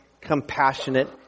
compassionate